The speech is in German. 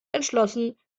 entschlossen